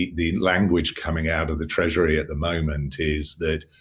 the the language coming out of the treasury at the moment is that,